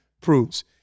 proves